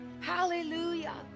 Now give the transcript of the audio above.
hallelujah